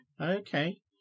Okay